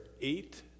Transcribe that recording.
eight